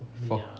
for